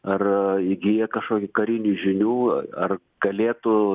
ar įgiję kažkokių karinių žinių ar galėtų